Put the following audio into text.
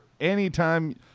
anytime